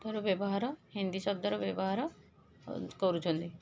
ସବୁଠାରୁ ବ୍ୟବହାର ହିନ୍ଦୀ ଶବ୍ଦର ବ୍ୟବହାର କରୁଛନ୍ତି